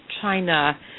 China